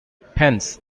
hence